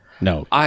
No